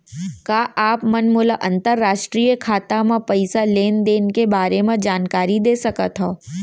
का आप मन मोला अंतरराष्ट्रीय खाता म पइसा लेन देन के बारे म जानकारी दे सकथव?